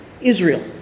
Israel